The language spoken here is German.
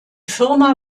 firma